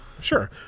sure